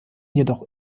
jedoch